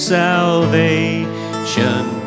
salvation